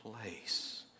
place